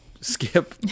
skip